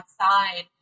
outside